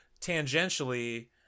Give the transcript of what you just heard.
tangentially